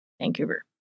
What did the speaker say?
Vancouver